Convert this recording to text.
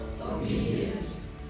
Obedience